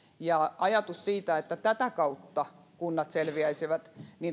ja ajatus siitä että tätä kautta kunnat selviäisivät